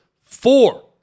four